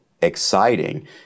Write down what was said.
exciting